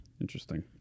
Interesting